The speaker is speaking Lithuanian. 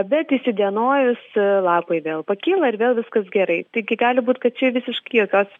bet įsidienojus lapai vėl pakyla ir vėl viskas gerai taigi gali būti kad čia visiškai jokios